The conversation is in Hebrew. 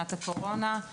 שנת הקורונה,